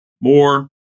more